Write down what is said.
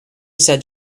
said